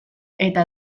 eta